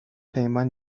پیمان